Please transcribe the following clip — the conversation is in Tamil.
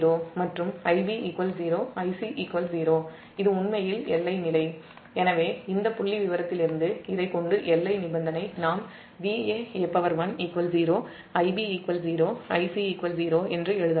மற்றும் Ib 0 Ic 0 இது உண்மையில் எல்லை நிலை எனவே இந்த புள்ளிவிவரத்திலிருந்து இதைக் கொண்டு எல்லை நிபந்தனை நாம் Vaa1 0 Ib 0 Ic 0 என்று எழுதலாம்